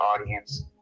audience